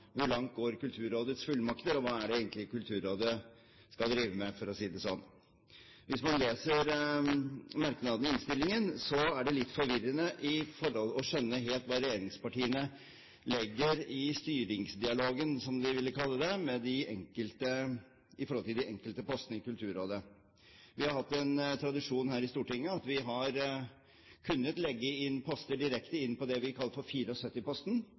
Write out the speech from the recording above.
Kulturrådet skal drive med, for å si det sånn? Hvis man leser merknadene i innstillingen, er det litt forvirrende å skjønne hva regjeringspartiene legger i styringsdialogen, som de kaller det, i forhold til de enkelte postene i Kulturrådet. Vi har hatt den tradisjon her i Stortinget at vi har kunnet legge poster direkte inn på det vi kaller for